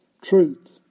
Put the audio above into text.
Truth